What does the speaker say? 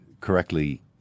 correctly